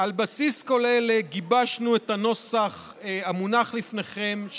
על בסיס כל אלה גיבשנו את הנוסח המונח לפניכם,